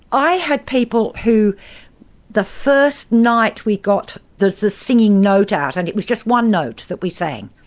i had people who the first night we got the the singing note out, and it was just one note that we sang,